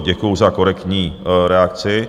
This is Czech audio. Děkuju za korektní reakci.